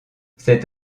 cet